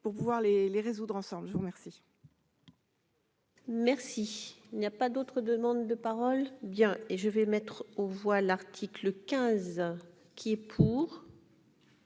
pour pouvoir les les résoudre ensemble, je vous remercie. Merci, il n'y a pas d'autres demandes de parole bien et je vais mettre aux voix l'article 15 qui est pour.